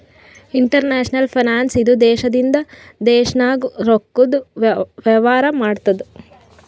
international finance ಇದು ದೇಶದಿಂದ ದೇಶ ನಾಗ್ ರೊಕ್ಕಾದು ವೇವಾರ ಮಾಡ್ತುದ್